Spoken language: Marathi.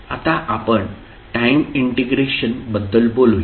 आता आपण टाईम इंटिग्रेशन बद्दल बोलूया